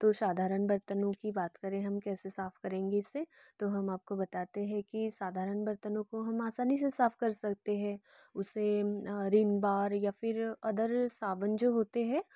तो साधारण बर्तनों की बात करें हम कैसे साफ़ करेंगे इससे तो हम आपको बताते हैं कि साधारण बर्तनों को हम आसानी से साफ़ कर सकते हैं उसे विम बार या फिर अदर साबुन जो होते हैं